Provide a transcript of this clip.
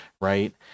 right